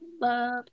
love